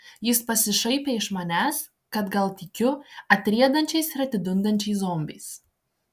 jis pasišaipė iš manęs kad gal tikiu atriedančiais ir atidundančiais zombiais